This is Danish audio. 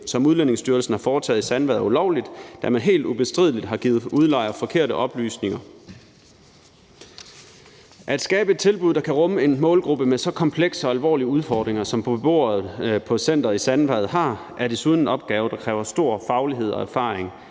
som Udlændingestyrelsen har foretaget i Sandvad, er ulovligt, da man helt ubestrideligt har givet udlejer forkerte oplysninger. At skabe et tilbud, der kan rumme en målgruppe med så komplekse og alvorlige udfordringer, som beboerne på centeret i Sandvad har, er desuden en opgave, der kræver stor faglighed og erfaring.